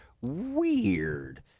Weird